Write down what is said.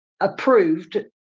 approved